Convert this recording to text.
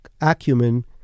acumen